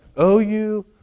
OU